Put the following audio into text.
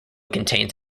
contains